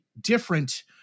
different